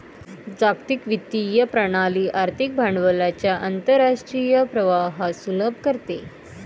जागतिक वित्तीय प्रणाली आर्थिक भांडवलाच्या आंतरराष्ट्रीय प्रवाहास सुलभ करते